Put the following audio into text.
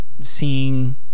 seeing